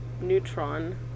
neutron